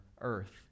earth